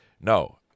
No